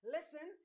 Listen